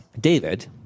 David